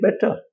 better